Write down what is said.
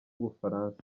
bufaransa